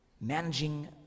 Managing